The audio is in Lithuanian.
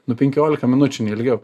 nu penkiolika minučių ne ilgiau